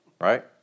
right